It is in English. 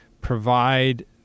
provide